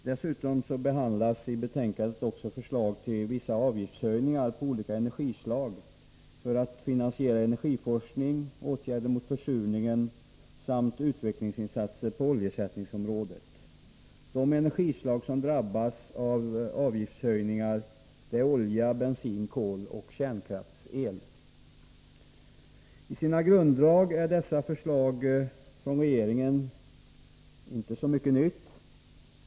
Dessutom behandlas i betänkandet förslag om vissa avgiftshöjningar på olika energislag för att finansiera energiforskning, åtgärder mot försurning samt utvecklingsinsatser på oljeersättningsområdet. De energislag som drabbas av avgiftshöjningar är olja, bensin, kol och kärnkraftsel. I sina grunddrag innebär dessa förslag från regeringen inte så mycket nytt.